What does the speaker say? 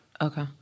Okay